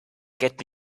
get